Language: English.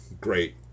great